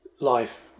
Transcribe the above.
life